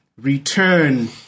return